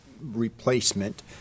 replacement